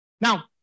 Now